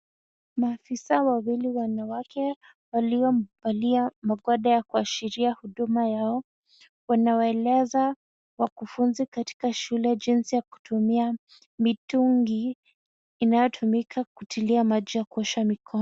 Maafisa wawili wanawake waliovalia magwanda ya kuashiria huduma yao, wanawaeleza wakufunzi katika shule jinsi ya kutumia mitungi inayotumika kutilia maji ya kuosha mikono.